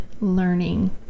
learning